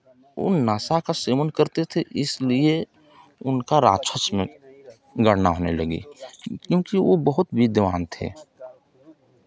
वो नशा का सेवन करते थे इसलिए उनका राक्षस में गणना होने लगी क्योंकि वो बहुत विद्वान थे